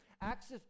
Acts